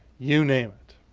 you name it.